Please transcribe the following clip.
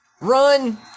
Run